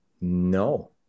No